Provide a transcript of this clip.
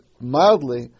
mildly